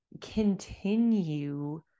continue